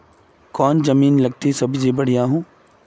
कौन जमीन लत्ती सब्जी बढ़िया हों?